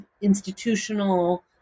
institutional